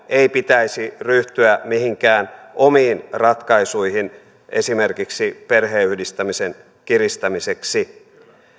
ei pitäisi ryhtyä mihinkään omiin ratkaisuihin esimerkiksi perheenyhdistämisen kiristämiseksi